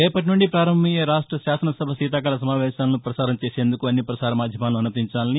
రేపటి నుంచి పారంభమయ్యే శాసనసభ శీతాకాల సమావేశాలను పసారం చేసేందుకు అన్ని పసార మాధ్యమాలను అనుమతించాలని